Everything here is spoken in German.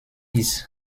ist